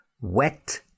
wet